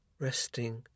Resting